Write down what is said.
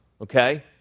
Okay